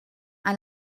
amb